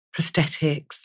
prosthetics